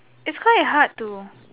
it's quite hard to